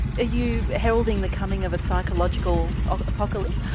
ah you heralding the coming of a psychological apocalypse?